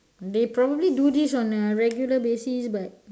they probably do this on a regular basis but